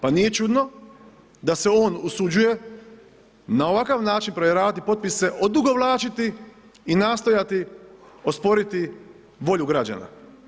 Pa nije čudno da se on usuđuje na ovakav način provjeravati potpise, odugovlačiti i nastojati osporiti volju građana.